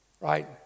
right